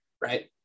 Right